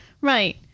Right